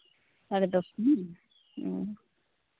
ᱥᱟᱲᱮ ᱫᱚᱥ ᱠᱷᱚᱱ ᱚ